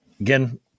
again